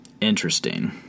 interesting